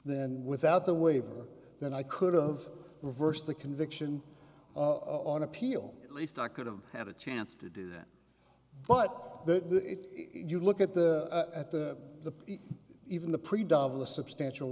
then without the waiver then i could of reversed the conviction of on appeal at least i could have had a chance to do that but the it you look at the at the even the pretty dava substantial